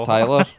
Tyler